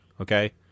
okay